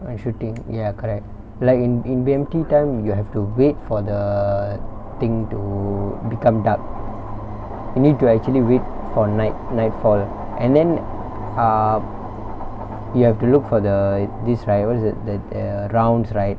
when shooting ya correct like in in B_M_T time you have to wait for the thing to become dark you need to actually wait for night nightfall and then ah you have to look for the this right what is it the eh rounds right